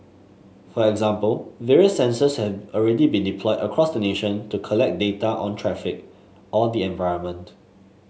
for example various sensors have already been deployed across the nation to collect data on traffic or the environment